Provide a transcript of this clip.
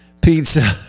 pizza